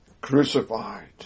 crucified